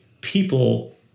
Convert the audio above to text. people